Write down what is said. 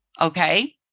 okay